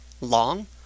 long